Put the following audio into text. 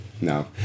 no